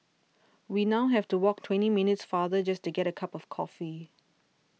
we now have to walk twenty minutes farther just to get a cup of coffee